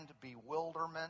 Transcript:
bewilderment